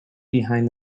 behind